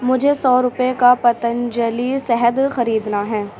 مجھے سو روپے کا پتنجلی سہد خریدنا ہے